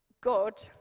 God